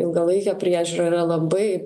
ilgalaikė priežiūra yra labai